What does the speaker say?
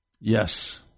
Yes